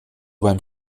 beim